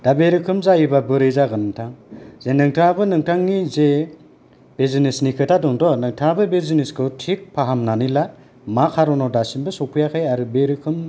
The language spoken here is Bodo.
दा बे रोखोम जायोबा बोरै जागोन नोंथां जे नोंथाङाबो नोंथांनि जे बिजिनेस नि खोथा दंथ' नोंथाङाबो बे जिनिसखौ थिग फाहामनानै ला मा खारनाव दासिमबो सौफैयाखै आरो बे रोखोम